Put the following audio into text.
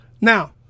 Now